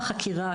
בחקירה,